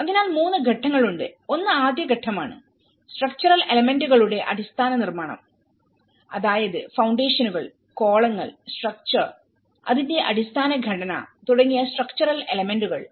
അതിനാൽ 3 ഘട്ടങ്ങളുണ്ട് ഒന്ന് ആദ്യ ഘട്ടമാണ്സ്ട്രക്ച്ചറൽ എലമെന്റുകളുടെ അടിസ്ഥാന നിർമ്മാണം അതായത് ഫൌണ്ടേഷനുകൾ കോളങ്ങൾ സ്ട്രക്ച്ചർ അതിന്റെ അടിസ്ഥാന ഘടന തുടങ്ങിയ സ്ട്രക്ക്ച്ചറൽ എലമെന്റുകൾ